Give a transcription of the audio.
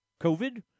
COVID